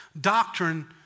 doctrine